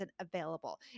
available